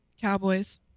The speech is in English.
Cowboys